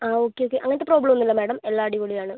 ആ okay okay അങ്ങനത്ത പ്രോബ്ലൊന്നുല്ല മാഡം എല്ലാ അടിപൊളിയാണ്